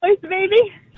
baby